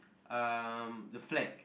um the flag